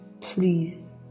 please